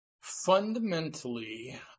Fundamentally